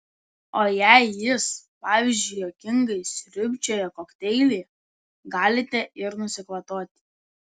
o jei jis pavyzdžiui juokingai sriubčioja kokteilį galite ir nusikvatoti